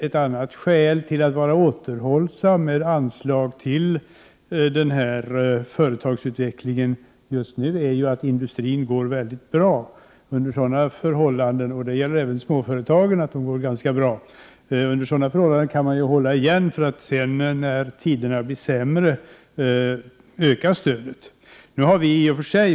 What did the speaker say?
Ett annat skäl till att man bör vara återhållsam med anslag till den här företagsutvecklingen just nu är att industrin och även småföretagen går mycket bra. Under sådana förhållanden kan man ju hålla igen, för att sedan öka stödet när tiderna blir sämre.